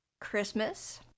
Christmas